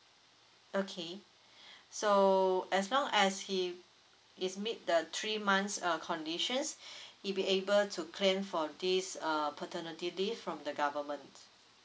okay so as long as he is meet the three months err conditions he be able to claim for this err paternity leave from the government